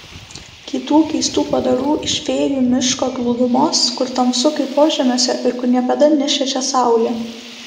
kitų keistų padarų iš fėjų miško glūdumos kur tamsu kaip požemiuose ir kur niekada nešviečia saulė